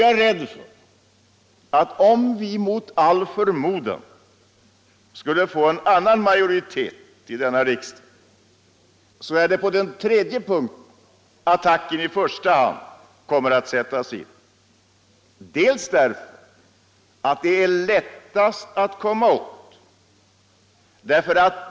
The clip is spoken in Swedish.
Jag befarar att om vi mot all förmodan skulle få en annan majoritet i denna riksdag så kommer attacken i första hand att sättas in på den sista punkten. Den är nämligen lättast att komma åt.